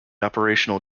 operational